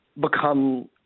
become